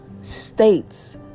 states